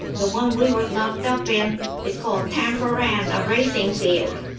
the one we were locked up in is called tanforan, a racing field.